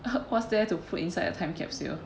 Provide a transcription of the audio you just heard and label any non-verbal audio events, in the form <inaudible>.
<laughs> what's there to put inside a time capsule